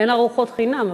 אין ארוחות חינם,